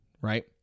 Right